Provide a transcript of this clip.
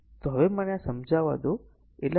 તો હવે મને આ સમજાવા દો